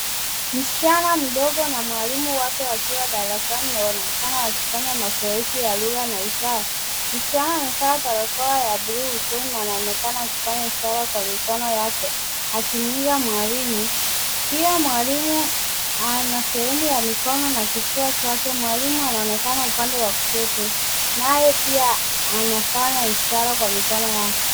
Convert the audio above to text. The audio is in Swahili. Msichana mdogo na mwalimu wake wakiwa darsani na wanaonekana wakifanya mazoezi ya lugha na ishara. Msichana amevaa barakoa ya buluu usoni na anaonekana akifanya ishara kwa mikono yake akimwiga mwalimu. Pia mwalimu ana sehemu ya mikono na kifua chake. Mwalimu anaonekana upande wa kushoto naye pia anafanya ishara kwa mikono yake.